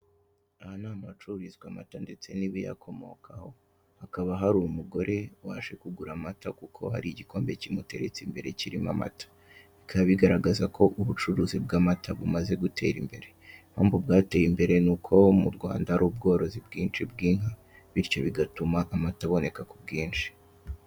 Aha ni ahantu hacururizwa amata ndetse n'ibiyakomokaho, hakaba hari umugore waje kugura amata kuko hari igikombe kimuteretse imbere kirimo amata, bikaba bigaragaza ko ubucuruzi bw'amata bumaze gutera imbere. Impamvu bwateye imbere ni uko mu Rwanda hari ubworozi bwinshi bw'inka bityo bigatuma amata aboneka ku bwinshi.